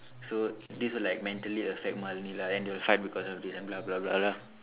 so this will like mentally affect Malene lah and then they will fight because of this and blah blah blah blah